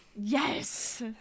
Yes